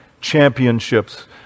Championships